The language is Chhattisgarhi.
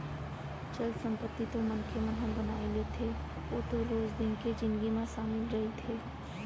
चल संपत्ति तो मनखे मन ह बनाई लेथे ओ तो रोज दिन के जिनगी म सामिल रहिथे